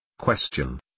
Question